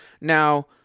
Now